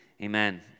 Amen